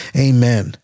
Amen